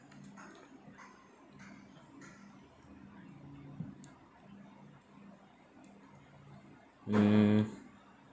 mm